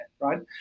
right